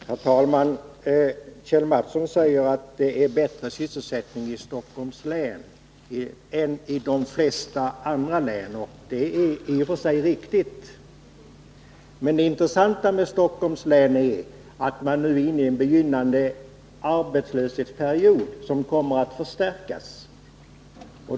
Herr talman! Kjell Mattsson säger att sysselsättningsläget är bättre i Stockholms län än i de flesta andra län, och det är i och för sig riktigt. Men det intressanta med Stockholms län är att man nu är inne i en period med begynnande arbetslöshet som kommer att förstärkas.